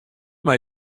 mei